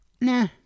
Nah